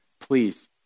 please